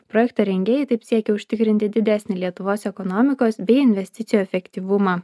projekto rengėjai taip siekia užtikrinti didesnį lietuvos ekonomikos bei investicijų efektyvumą